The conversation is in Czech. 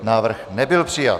Návrh nebyl přijat.